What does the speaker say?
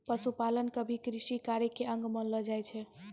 पशुपालन क भी कृषि कार्य के अंग मानलो जाय छै